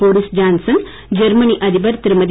Boris Johnson Germany அதிபர் திருமதி